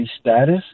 status